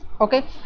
okay